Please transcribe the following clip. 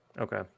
Okay